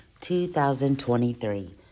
2023